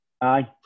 Aye